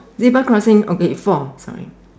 zebra crossing okay four sorry